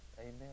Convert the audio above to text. Amen